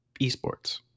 esports